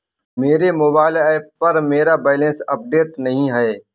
मेरे mobile app पर मेरा बैलेंस अपडेट नहीं है